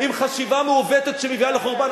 עם חשיבה מעוותת שמביאה לחורבן,